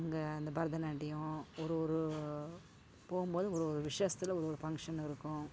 அங்கே அந்த பரதநாட்டியம் ஒரு ஒரு போகும்போது ஒரு ஒரு விசேஷத்தில் ஒரு ஒரு ஃபங்க்ஷன் இருக்கும்